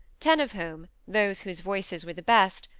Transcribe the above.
ten of whom, those whose voices were the best,